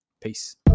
Peace